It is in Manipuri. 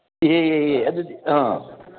ꯏꯍꯦ ꯏꯍꯦ ꯑꯗꯨꯗꯤ ꯑ